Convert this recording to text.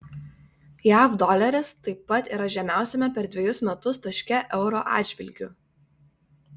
jav doleris taip pat yra žemiausiame per dvejus metus taške euro atžvilgiu